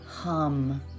hum